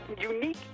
unique